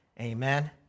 Amen